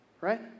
right